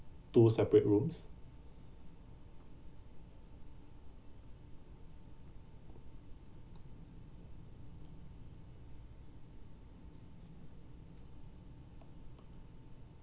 two separate rooms